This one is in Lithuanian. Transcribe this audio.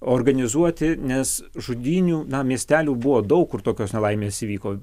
organizuoti nes žudynių na miestelių buvo daug kur tokios nelaimės įvyko